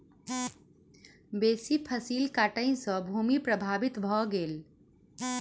बेसी फसील कटाई सॅ भूमि प्रभावित भ गेल